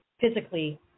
physically